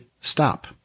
stop